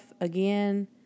again